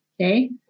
Okay